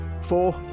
Four